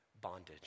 bondage